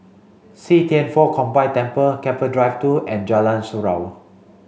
See Thian Foh Combined Temple Keppel Drive two and Jalan Surau